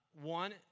One